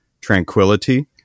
tranquility